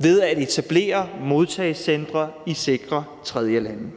ved at etablere modtagecentre i sikre tredjelande.